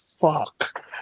fuck